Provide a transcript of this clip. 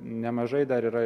nemažai dar yra